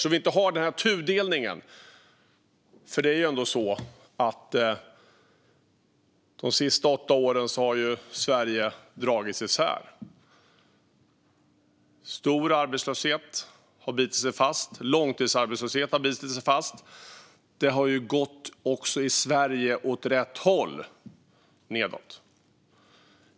Vi ska inte ha den här tudelningen. De senaste åtta åren har Sverige dragits isär. En hög arbetslöshet har bitit sig fast. Långtidsarbetslösheten har bitit sig fast. Det har också gått åt rätt håll i Sverige, fast nedåt.